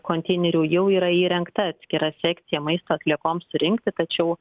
konteinerių jau yra įrengta atskira sekcija maisto atliekoms surinkti tačiau